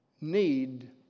need